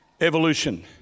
evolution